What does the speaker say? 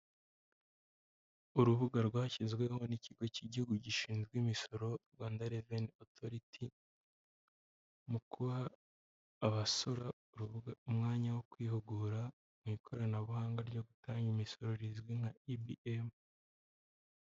Urubuga rwashyizweho n'ikigo cy'igihugu gishinzwe imisoro Rwanda Reveni Otoriti muguha abasora urubuga umwanya wo kwihugura mu ikoranabuhanga ryo gutanga imisoro rizwi nka Ebiyemu.